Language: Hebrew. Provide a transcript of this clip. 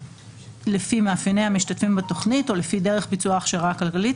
לפי מאפייני המשתתפים בתכנית או לפי דרך ביצוע ההכשרה הכלכלית,